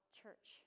church